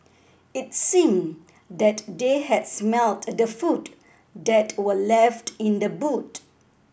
it seemed that they had smelt the food that were left in the boot